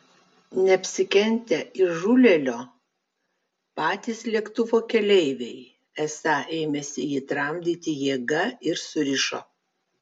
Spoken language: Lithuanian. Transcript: neapsikentę įžūlėlio patys lėktuvo keleiviai esą ėmėsi jį tramdyti jėga ir surišo